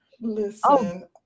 listen